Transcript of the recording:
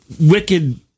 wicked